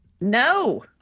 No